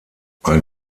ein